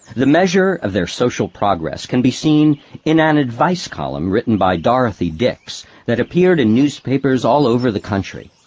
the measure of their social progress can be seen in an advice column written by dorothy dix that appeared in newspapers all over the country.